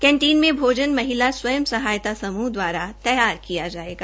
canteen में भोजन महिला स्वय सहायात समूह द्वारा तैयार किया जायेगा